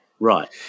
Right